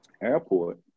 airport